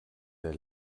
der